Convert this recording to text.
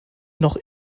noch